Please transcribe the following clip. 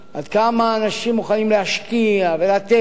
עד כמה אנשים מוכנים להשקיע ולתת.